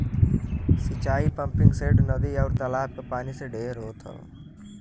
सिंचाई पम्पिंगसेट, नदी, आउर तालाब क पानी से ढेर होत हौ